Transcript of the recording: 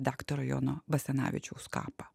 daktaro jono basanavičiaus kapą